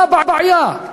מה הבעיה?